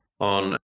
on